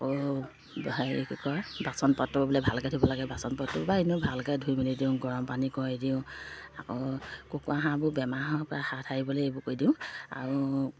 আকৌ হেৰি কি কয় বাচন পাত্ৰ বোলে ভালকৈ ধুব লাগে বাচন পাত্ৰ বা এনেও ভালকৈ ধুই মেলি দিওঁ গৰম পানী কৰি দিওঁ আকৌ কুকুৰা হাঁহবোৰ বেমাৰৰ পৰা হাত সাৰিবলৈ এইবোৰ কৰি দিওঁ আৰু